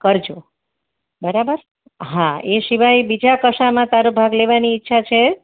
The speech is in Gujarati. કરજો બરાબર હા એ સિવાય બીજા કશામાં તારે ભાગ લેવાની ઈચ્છા છે